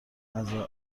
ازارنده